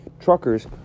truckers